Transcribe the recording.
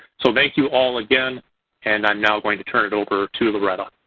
so thank you all again and i'm now going to turn it over to loretta.